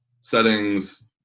settings